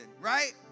right